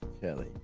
Kelly